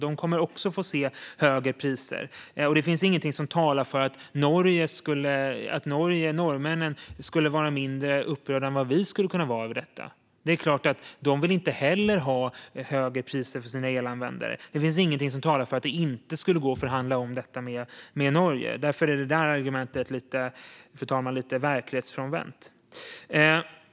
De kommer också att få se högre priser, och det finns ingenting som talar för att norrmännen skulle vara mindre upprörda än vi över detta. De vill inte heller ha högre priser för sina elanvändare. Det finns ingenting som talar för att det inte skulle gå att omförhandla med Norge. Därför är det argumentet lite verklighetsfrånvänt.